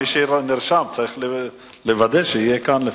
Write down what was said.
מי שנרשם צריך לוודא שיהיה כאן לפחות.